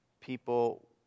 people